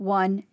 one